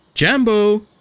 Jambo